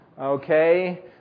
Okay